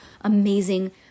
amazing